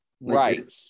Right